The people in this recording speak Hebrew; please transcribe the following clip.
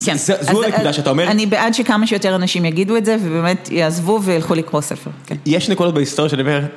כן. זו הנקודה שאת אומרת. אני בעד שכמה שיותר אנשים יגידו את זה ובאמת יעזבו וילכו לקרוא ספר. כן. יש נקודות בהיסטוריה שאני אומר...